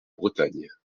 bretagne